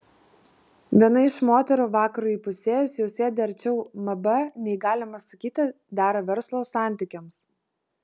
viena iš moterų vakarui įpusėjus jau sėdi arčiau mb nei galima sakyti dera verslo santykiams